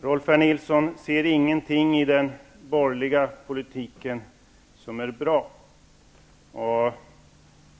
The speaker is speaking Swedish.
Rolf L. Nilson ser ingenting i den borgerliga politiken som är bra.